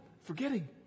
forgetting